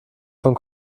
von